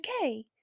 okay